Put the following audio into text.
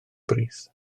brith